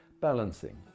Balancing